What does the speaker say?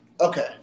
Okay